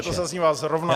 Že to zaznívá zrovna